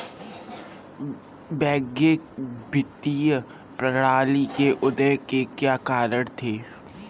वैश्विक वित्तीय प्रणाली के उदय के क्या कारण थे?